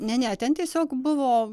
ne ne ten tiesiog buvo